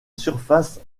surface